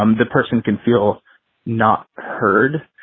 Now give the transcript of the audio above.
um the person can feel not heard.